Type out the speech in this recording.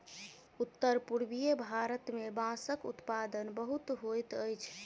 उत्तर पूर्वीय भारत मे बांसक उत्पादन बहुत होइत अछि